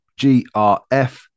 GRF